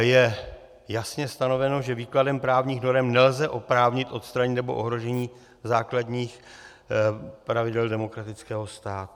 Je jasně stanoveno, že výkladem právních norem nelze oprávnit odstranění nebo ohrožení základů pravidel demokratického státu.